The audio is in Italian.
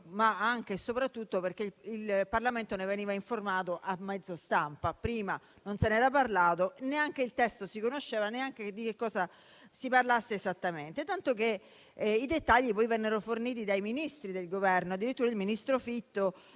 ma anche e soprattutto perché il Parlamento ne veniva informato a mezzo stampa. Prima non se ne era parlato, non si conosceva neanche il testo, né di cosa parlasse esattamente, tanto che i dettagli vennero poi forniti dai Ministri del Governo. Addirittura il ministro Fitto